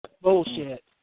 Bullshit